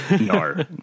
No